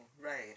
right